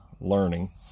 learning